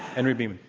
henry bienen.